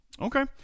Okay